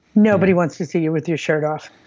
nobody wants to see you with your shirt off.